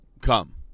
come